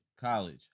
college